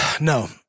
No